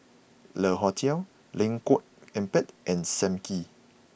Le Hotel Lengkok Empat and Sam Kee